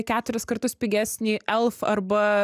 keturis kartus pigesnį elf arba